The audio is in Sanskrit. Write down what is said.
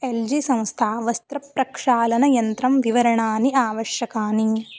एल् जी संस्था वस्त्रप्रक्षालनयन्त्रं विवरणानि आवश्यकानि